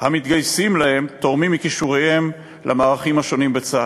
והמתגייסים להן תורמים מכישוריהם למערכים השונים בצה"ל.